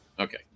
Okay